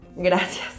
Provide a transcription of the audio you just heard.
Gracias